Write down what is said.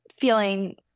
feeling